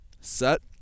Set